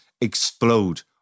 explode